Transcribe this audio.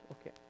Okay